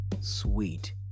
sweet